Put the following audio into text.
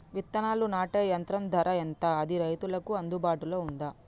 విత్తనాలు నాటే యంత్రం ధర ఎంత అది రైతులకు అందుబాటులో ఉందా?